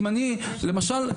למשל,